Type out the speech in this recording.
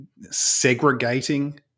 segregating